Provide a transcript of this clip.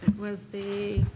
was the